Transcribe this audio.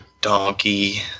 donkey